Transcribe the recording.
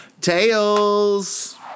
Tails